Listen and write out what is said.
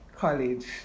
college